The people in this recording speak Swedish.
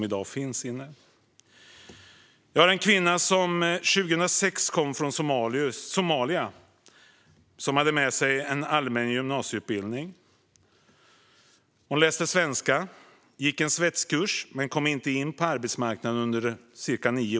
En kvinna kom från Somalia 2006 och hade med sig en allmän gymnasieutbildning. Hon läste svenska och gick en svetskurs men kom inte in på arbetsmarknaden på ungefär nio år.